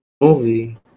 movie